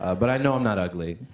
but i know i'm not ugly.